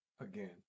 Again